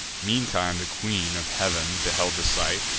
meantime the queen of heav'n beheld the sight,